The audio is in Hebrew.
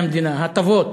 הטבות.